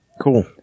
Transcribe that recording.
Cool